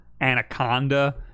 anaconda